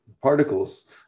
particles